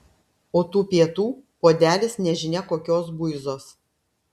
o tų pietų puodelis nežinia kokios buizos